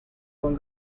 con